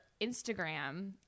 Instagram